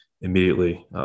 immediately